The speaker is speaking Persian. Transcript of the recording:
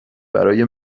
برای